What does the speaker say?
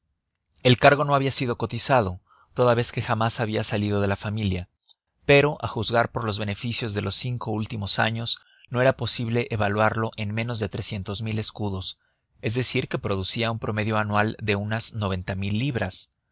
el cargo no había sido cotizado toda vez que jamás había salido de la familia pero a juzgar por los beneficios de los cinco últimos años no era posible evaluarlo en menos de trescientos mil escudos es decir que producía un promedio anual de unas noventa mil libras